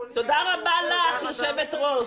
תודה רבה לך יושבת הראש.